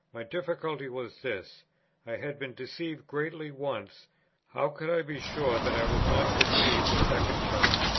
my difficulty was this i had been deceived greatly once how could i be sure that i was not deceived a second time?